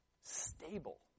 stable